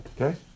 Okay